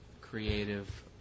creative